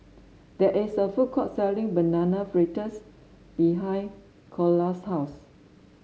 there is a food court selling Banana Fritters behind Ceola's house